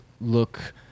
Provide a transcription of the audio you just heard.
look